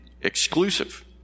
exclusive